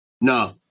No